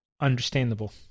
understandable